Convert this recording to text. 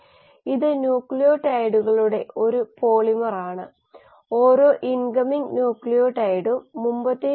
അതായത് വായുരഹിത നില ഉയരുന്നു നിങ്ങൾ നൈട്രജൻ ഉപയോഗിക്കുമ്പോൾ കോശങ്ങൾ വായുരഹിതമാവുന്നു കാരണം ഓക്സിജൻ അന്തിമ ഇലക്ട്രോൺ സ്വീകർത്താക്കളായി ലഭ്യമല്ല